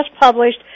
published